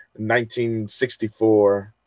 1964